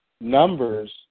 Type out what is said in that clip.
numbers